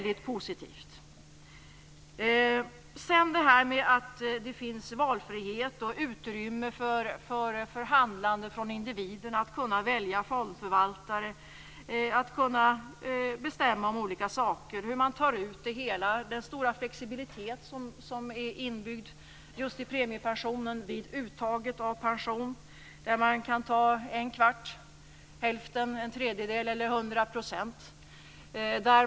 Det finns vidare valfrihet och utrymme för individernas eget handlande. De kan välja fondförvaltare och bestämma om olika saker när man tar ut det hela. En stor flexibilitet är inbyggd just i premiepensionen vid uttaget av pension. Man kan ta ut en fjärdedel, en tredjedel, hälften eller 100 %.